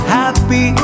happy